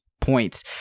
points